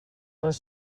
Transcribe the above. les